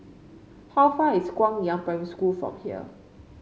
how far is Guangyang Primary School from here